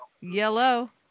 Yellow